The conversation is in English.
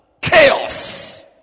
chaos